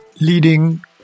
leading